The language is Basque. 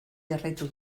jarraitu